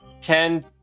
Ten